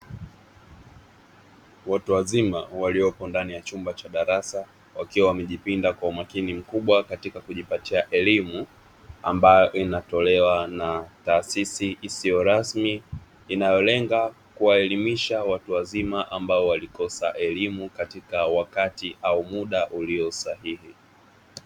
Watu wazima waliopo ndani ya chumba cha darasa, wakiwa wamejipinda kwa umakini mkubwa katika kujipatia elimu ambayo inatolewa na taasisi isiyo rasmi; inayolenga kuwaelimisha watu wazima ambao walikosa elimu katika wakati au muda ulio sahihi.